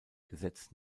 gesetz